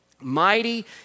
mighty